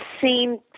seen